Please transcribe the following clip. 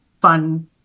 fun